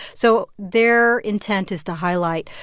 so their intent is to highlight,